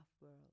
world